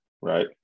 right